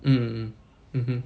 mm mmhmm